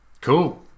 Cool